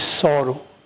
sorrow